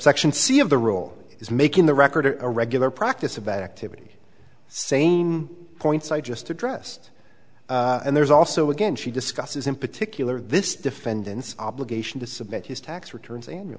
section c of the rule is making the record a regular practice about activity same points i just addressed and there's also again she discusses in particular this defendant's obligation to submit his tax returns an